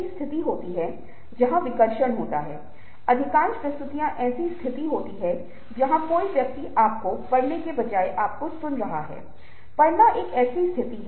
अब मुद्दा यह है कि अच्छी तरह से संगीत का आंकड़ा कहां है मैं कहूंगा कि यह आंकड़े मल्टीमीडिया संचार मे हैं ध्वनि और संगीत कुछ अर्थों में मल्टीमीडिया संचार में महत्वपूर्ण है